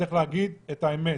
צריך להגיד את האמת,